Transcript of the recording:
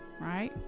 right